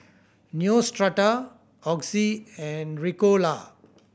Neostrata Oxy and Ricola